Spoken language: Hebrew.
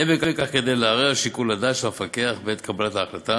אין בכך כדי לערער על שיקול הדעת של המפקח בעת קבלת ההחלטה